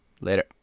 later